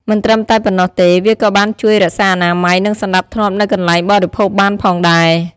មិនត្រឹមតែប៉ុណ្ណោះទេ វាក៏បានជួយរក្សាអនាម័យ និងសណ្តាប់ធ្នាប់នៅកន្លែងបរិភោគបានផងដែរ ។